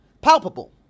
Palpable